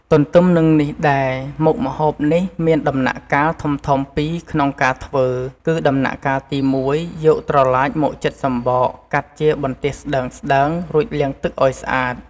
ទន្ទឹមនឹងនេះដែរ មុខម្ហូបនេះមានដំណាក់កាលធំៗពីរក្នុងការធ្វើ គឺដំណាក់កាលទី១ យកត្រឡាចមកចិតសំបក កាត់ជាបន្ទះស្ដើងៗ រួចលាងទឹកឱ្យស្អាត ។